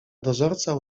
dozorca